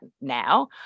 now